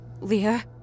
Leah